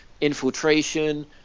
Infiltration